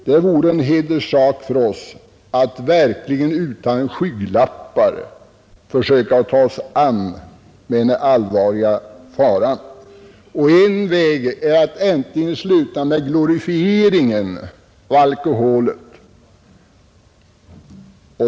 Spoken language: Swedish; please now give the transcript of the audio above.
Det borde vara en hederssak för oss att utan skygglappar ta itu med den allvarliga faran. En väg är att äntligen sluta med glorifieringen av alkoholen.